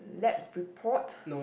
lab report